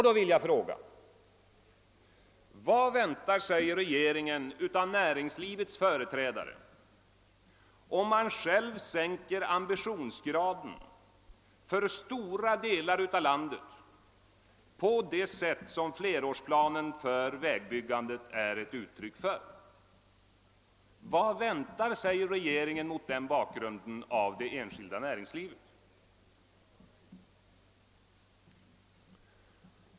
Då vill jag fråga: Vad väntar sig regeringen av det enskilda näringslivets företrädare om den själv sänker ambitionsgraden för stora delar av landet på det sätt som flerårsplanen för vägbyggandet är ett uttryck för?